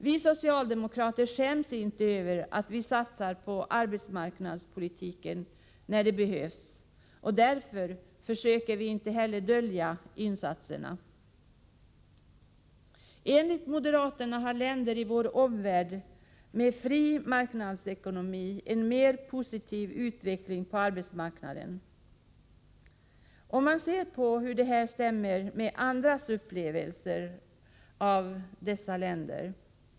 Vi socialdemokrater skäms inte över att vi satsar på arbetsmarknadspolitiken vid behov, och därför försöker vi inte heller dölja dessa insatser. Enligt moderaterna har länder i vår omvärld med fri marknadsekonomi en mera positiv utveckling på arbetsmarknaden. Hur stämmer detta med andras upplevelser?